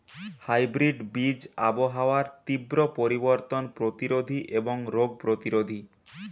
hybrid বীজ আবহাওয়ার তীব্র পরিবর্তন প্রতিরোধী এবং রোগ প্রতিরোধী